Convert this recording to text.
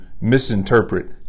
misinterpret